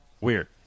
weird